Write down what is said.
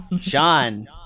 Sean